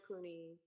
Clooney